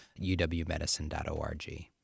uwmedicine.org